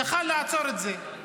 היה יכול לעצור את זה.